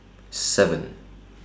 seven